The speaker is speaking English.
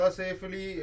safely